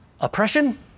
oppression